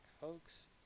hoax